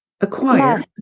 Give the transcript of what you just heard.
acquire